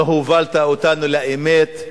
לא הובלת אותנו לאמת,